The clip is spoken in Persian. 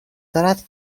دارد